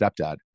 stepdad